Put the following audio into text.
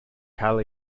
cael